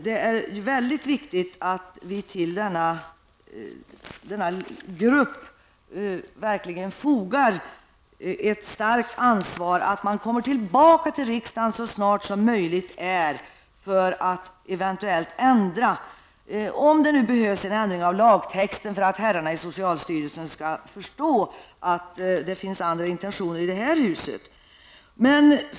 Det är mycket viktigt att vi verkligen ger denna grupp ett starkt ansvar för att komma tillbaka till riksdagen så snart som möjligt så att eventuella ändringar kan göras, om det nu behövs ändring av lagtexten för att herrarna i socialstyrelsen skall förstå att det finns andra intentioner i det här huset.